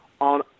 on